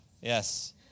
yes